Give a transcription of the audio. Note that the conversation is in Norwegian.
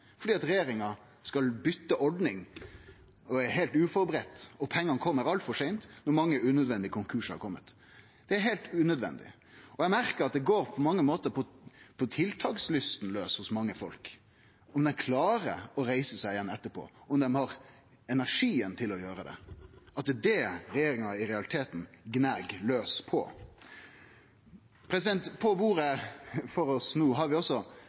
fordi regjeringa skal byte ordning og ikkje er førebudd i det heile. Pengane kjem altfor seint, og mange unødvendige konkursar har kome. Det er heilt unødvendig. Eg merkar at det på mange måtar går på tiltakslysta laus hos mange – om dei klarer å reise seg igjen etterpå, om dei har energien til å gjere det. Det er det regjeringa i realiteten gneg laus på. På bordet framfor oss no har vi også